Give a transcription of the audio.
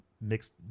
mixed